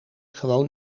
gewoon